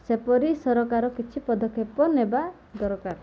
ସେପରି ସରକାର କିଛି ପଦକ୍ଷେପ ନେବା ଦରକାର